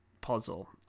puzzle